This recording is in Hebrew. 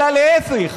אלא להפך,